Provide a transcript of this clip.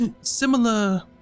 Similar